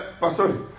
Pastor